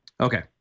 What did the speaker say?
Okay